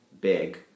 big